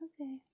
okay